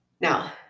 Now